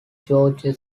george